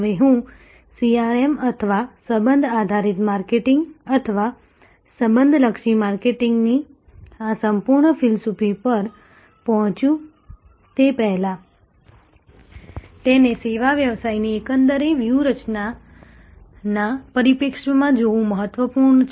હવે હું CRM અથવા સંબંધ આધારિત માર્કેટિંગ અથવા સંબંધ લક્ષી માર્કેટિંગની આ સંપૂર્ણ ફિલસૂફી પર પહોંચું તે પહેલાં તેને સેવા વ્યવસાયની એકંદર વ્યૂહરચનાનાં પરિપ્રેક્ષ્યમાં જોવું મહત્વપૂર્ણ છે